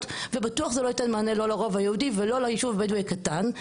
ובטוח זה לא ייתן מענה לא לרובע היהודי ולא ליישוב הבדואי הקטן.